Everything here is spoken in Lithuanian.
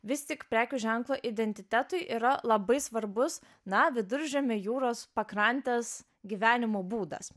vis tik prekių ženklo identitetui yra labai svarbus na viduržemio jūros pakrantės gyvenimo būdas